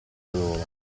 coloro